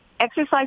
Exercise